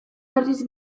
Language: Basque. berriz